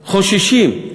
חוששים.